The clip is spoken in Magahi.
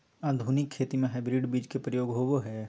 आधुनिक खेती में हाइब्रिड बीज के प्रयोग होबो हइ